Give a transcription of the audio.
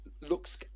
looks